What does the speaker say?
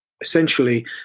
essentially